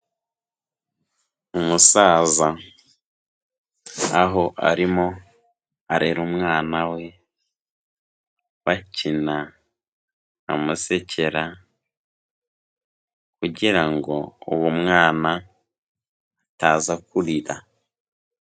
Umusaza, aho arimo arera umwana we, bakina, amusekera kugira ngo uwo mwana ataza kurira.